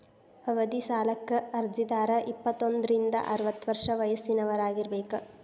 ಅವಧಿ ಸಾಲಕ್ಕ ಅರ್ಜಿದಾರ ಇಪ್ಪತ್ತೋಂದ್ರಿಂದ ಅರವತ್ತ ವರ್ಷ ವಯಸ್ಸಿನವರಾಗಿರಬೇಕ